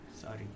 sorry